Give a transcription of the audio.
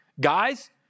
guys